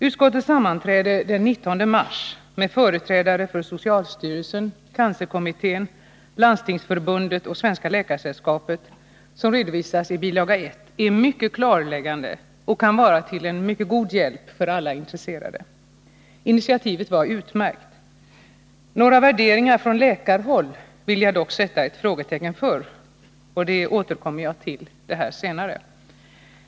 Utskottets sammanträde den 19 mars med företrädare för socialstyrelsen, cancerkommittén, Landstingsförbundet och Svenska läkaresällskapet, som redovisas i bil. 1, är mycket klarläggande och kan vara till mycket god hjälp för alla intresserade. Initiativet var utmärkt. Några värderingar från läkarhåll vill jag dock sätta ett frågetecken för. Jag återkommer till detta senare.